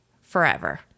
forever